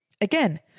Again